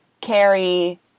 carry